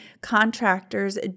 contractors